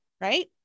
right